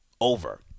over